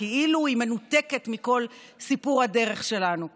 כאילו היא מנותקת מכל סיפור הדרך שלנו כאן.